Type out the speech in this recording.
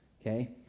Okay